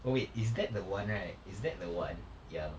oh wait is that the one right is that the one yang